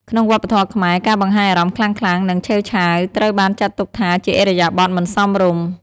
ក្នុងវប្បធម៌៌ខ្មែរ ការបង្ហាញអារម្មណ៍ខ្លាំងៗ និង ឆេវឆាវត្រូវបានចាត់ទុកថាជាឥរិយាបថមិនសមរម្យ។